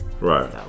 Right